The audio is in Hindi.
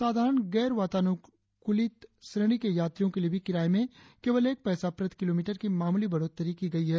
साधारण गैर वातानुकुलित श्रेणी के यात्रियों के लिए भी किराए में केवल एक पैसा प्रति किलोमीटर की मामूली बढ़ोत्तरी की गई है